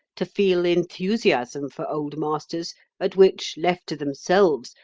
to feel enthusiasm for old masters at which, left to themselves,